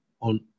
on